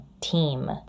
team